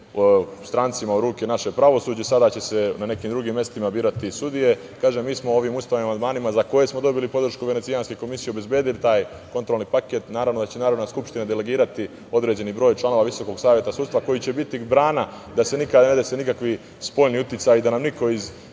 strancima u ruke naše pravosuđe. Sada će se na nekim drugim mestima birati sudije. Kažem, mi smo ovim ustavnim amandmanima. za koje smo dobili podršku Venecijanske komisije, obezbedili taj kontrolni paket. Naravno da će Narodna skupština delegirati određeni broj članova Visokog saveta sudstva koji će biti brana da se nikakvi spoljni uticaji, da nam niko